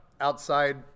outside